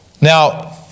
Now